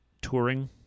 Touring